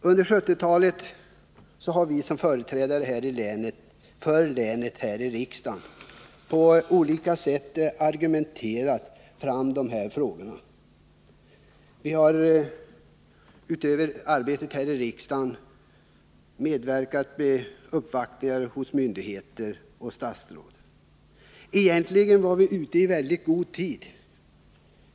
Under 1970-talet har vi som företräder länet här i riksdagen på olika sätt argumenterat i dessa frågor. Vi har utöver arbetet här i riksdagen medverkat vid uppvaktningen hos myndigheter och statsråd. Egentligen var vi ute i väldigt god tid.